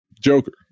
joker